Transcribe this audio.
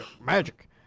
Magic